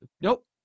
Nope